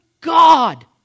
God